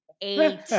eight